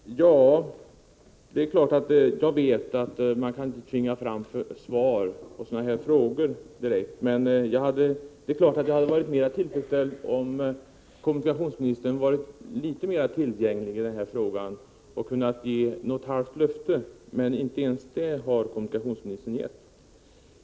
Herr talman! Det är klart att jag vet att man inte direkt kan tvinga fram svar på sådana här frågor. Men jag hade varit mera tillfredsställd om kommunikationsministern varit litet mera tillgänglig i den här frågan och kunnat ge något halvt löfte. Men inte ens det har kommunikationsministern gett.